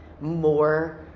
more